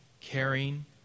caring